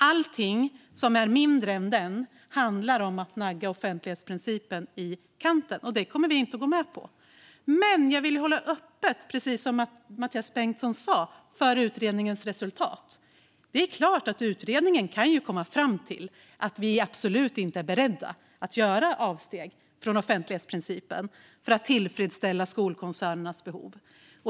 Allting som är mindre än den handlar om att nagga offentlighetsprincipen i kanten, och det kommer vi inte att gå med på. Men jag vill hålla öppet, precis som Mathias Bengtsson sa, för utredningens resultat. Det är klart att utredningen kan komma fram till att man absolut inte är beredd att göra avsteg från offentlighetsprincipen för att tillfredsställa skolkoncernernas behov.